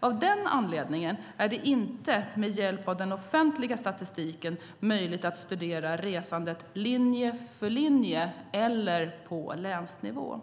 Av den anledningen är det inte, med hjälp av den offentliga statistiken, möjligt att studera resandet linje för linje eller på länsnivå.